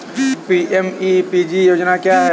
PMEPG योजना क्या है?